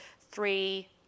three